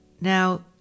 Now